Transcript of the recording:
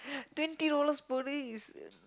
twenty dollars per day is